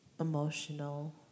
emotional